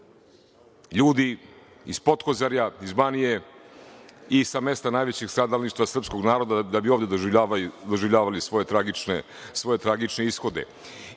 ljudi iz Potkozorja, iz Banije i sa mesta najvećeg stradalništa srpskog naroda da bi ovde doživljavali svoje tragične ishode. Ukupnim